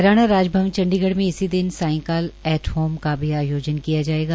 हरियाणा राजभवन चण्डीगढ़ में इसी दिन सायंकाल एट होम का भी आयोजन किया जाएगा